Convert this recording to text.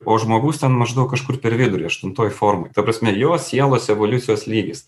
o žmogus ten maždaug kažkur per vidurį aštuntoj formoj ta prasme jo sielos evoliucijos lygis